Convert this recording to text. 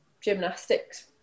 gymnastics